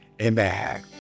amen